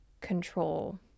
control